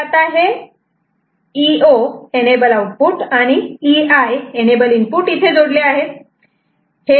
तर आता हे EO आणि EI इथे जोडले आहे त